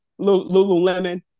Lululemon